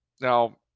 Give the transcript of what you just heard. Now